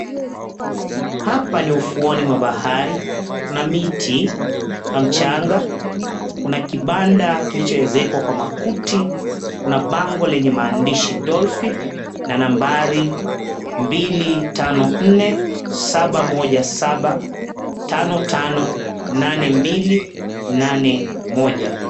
Hapa ni ufuoni mwa bahari kuna miti na mchanga, kuna kibanda kilichoezekwa kwa makuti. Kuna bango lenye maandishi, Dolphin, na nambari 254 717 558281.